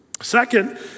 Second